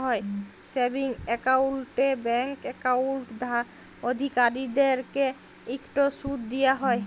savings একাউল্টে bank account অধিকারীদেরকে ইকট সুদ দিয়া হ্যয়